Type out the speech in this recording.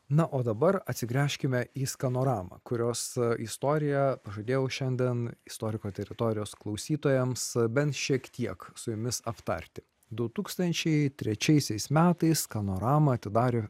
na o dabar atsigręžkime į skanoramą kurios istoriją pažadėjau šiandien istoriko teritorijos klausytojams bent šiek tiek su jumis aptarti du tūkstančiai trečiaisiais metais skanoramą atidarė